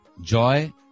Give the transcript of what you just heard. joy